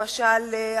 למשל,